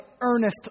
earnest